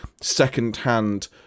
second-hand